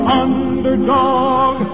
underdog